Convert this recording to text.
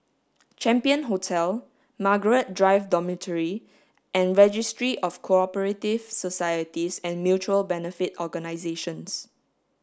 Champion Hotel Margaret Drive Dormitory and Registry of Co operative Societies and Mutual Benefit Organisations